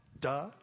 Duh